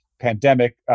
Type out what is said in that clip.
pandemic